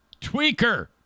Tweaker